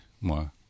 more